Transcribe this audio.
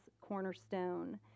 cornerstone